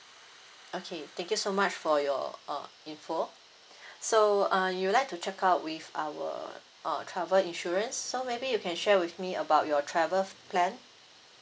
okay thank you so much for your uh info so uh you would like to check out with our uh travel insurance so maybe you can share with me about your travel plan